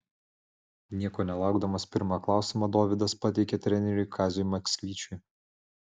nieko nelaukdamas pirmą klausimą dovydas pateikė treneriui kaziui maksvyčiui